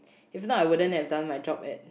if not I wouldn't have done my job it